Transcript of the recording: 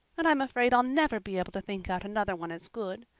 and i'm afraid i'll never be able to think out another one as good.